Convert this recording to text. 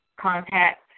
contact